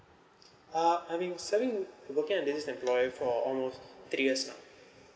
uh I've been serving to work with this employer for almost three years now